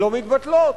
לא מתבטלות.